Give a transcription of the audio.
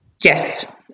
Yes